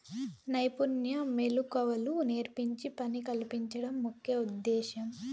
నైపుణ్య మెళకువలు నేర్పించి పని కల్పించడం ముఖ్య ఉద్దేశ్యం